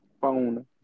Phone